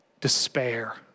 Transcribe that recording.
Despair